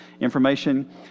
information